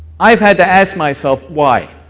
i've had to ask myself, why,